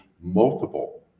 multiple